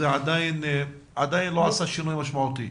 זה עדיין לא עשה שינוי משמעותי.